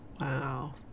Wow